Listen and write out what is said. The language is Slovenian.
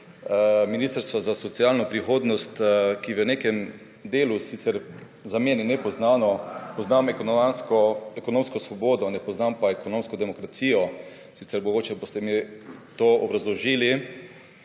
ministrstva za socialno prihodnost, ki v nekem delu, sicer za mene nepoznano, poznam ekonomsko svobodo, ne poznam pa ekonomske demokracije – sicer mi boste mogoče to obrazložili.